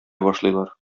башлыйлар